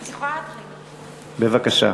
בבקשה.